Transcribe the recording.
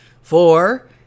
four